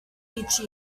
each